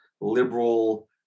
liberal